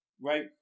right